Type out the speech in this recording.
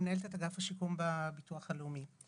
מנהלת את אגף השיקום בביטוח הלאומי.